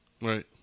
Right